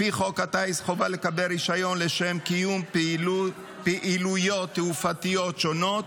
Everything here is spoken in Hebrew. לפי חוק הטיס חובה לקבל רישיון לשם קיום פעילויות תעופתיות שונות,